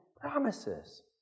promises